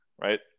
right